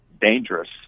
dangerous